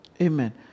Amen